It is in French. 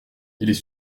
les